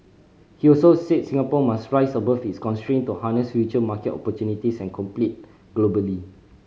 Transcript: he also said Singapore must rise above its constraint to harness future market opportunities and compete globally